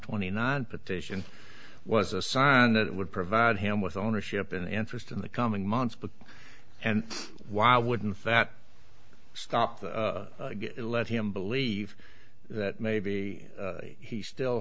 twenty nine petition was a sign that would provide him with ownership and interest in the coming months book and why wouldn't that stop the let him believe that maybe he still